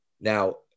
Now